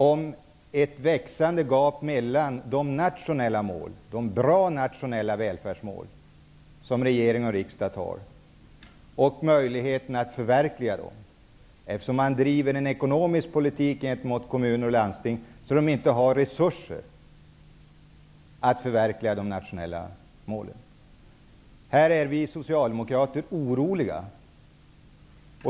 Det gäller det växande gapet mellan de bra nationella välfärdsmål som regering och riksdag antar och möjligheterna att förverkliga dessa mål. Man driver ju en ekonomisk politik gentemot kommuner och landsting som gör att dessa inte har resurser att förverkliga de nationella målen. Här är vi socialdemokrater oroliga.